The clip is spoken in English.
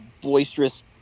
boisterous